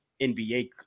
NBA